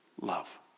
Love